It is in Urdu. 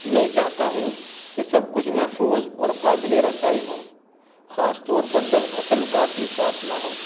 میں چاہتا ہوں کہ سب کچھ محفوظ اور قابل رسائی ہو خاص طور پر جب اصل کاپی ساتھ نہ ہو